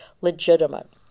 legitimate